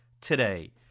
today